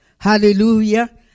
Hallelujah